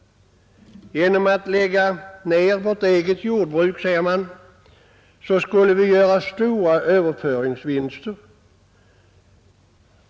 Genom att lägga ned vårt eget jordbruk, säger de, skulle vi göra stora överföringsvinster.